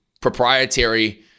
proprietary